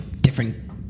different